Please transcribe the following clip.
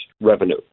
revenue